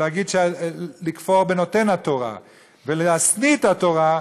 לכפור בנותן התורה ולהשניא את התורה,